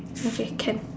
okay can